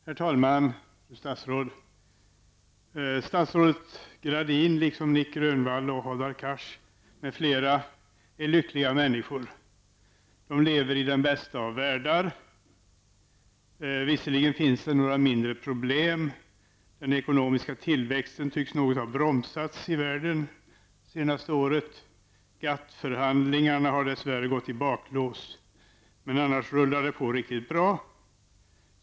Herr talman! Fru statsråd! Statsrådet Gradin, liksom Nic Grönvall, Hadar Cars m.fl. är lyckliga människor. De lever i den bästa av världar. Visserligen finns det några mindre problem. Den ekonomiska tillväxten tycks något ha bromsats i världen det senaste året, GATT-förhandlingarna har dess värre gått i baklås. Men annars rullar det på riktigt bra.